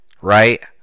right